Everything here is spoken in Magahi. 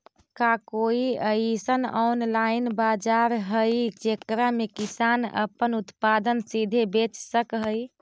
का कोई अइसन ऑनलाइन बाजार हई जेकरा में किसान अपन उत्पादन सीधे बेच सक हई?